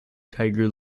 tiger